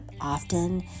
Often